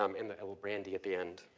um and the old randy at the end.